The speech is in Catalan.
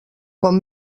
com